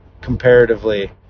comparatively